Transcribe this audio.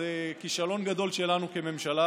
וזה כישלון גדול שלנו כממשלה,